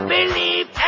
Believe